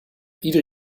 ieder